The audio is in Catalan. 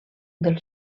del